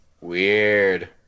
weird